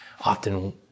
often